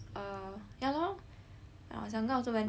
啊我讲到这边 collapse